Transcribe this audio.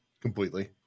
completely